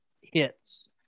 hits